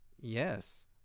Yes